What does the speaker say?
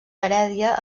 heredia